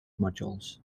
modules